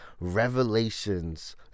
Revelations